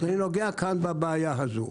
אז אני נוגע כאן בבעיה הזאת.